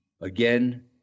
again